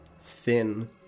thin